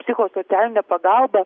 psichosocialinė pagalba